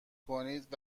کنید